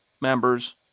members